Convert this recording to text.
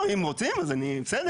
אם רוצים אז בסדר.